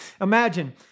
Imagine